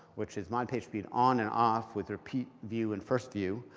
which is mod pagespeed on and off with repeat view and first view.